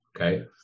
Okay